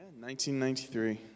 1993